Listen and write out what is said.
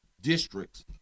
districts